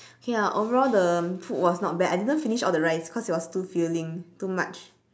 K ya overall the food was not bad I didn't finish all the rice because it was too filling too much